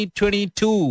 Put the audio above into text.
2022